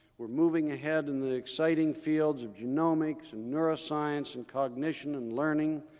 we're moving ahead in the exciting fields of genomics, and neuroscience, and cognition, and learning.